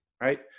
right